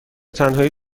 تنهایی